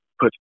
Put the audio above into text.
put